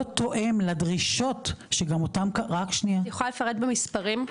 לא תואם לדרישות שגם אותם --- את יכולה לפרט במספרים?